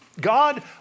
God